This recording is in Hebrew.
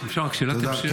אפשר רק שאלה טיפשית?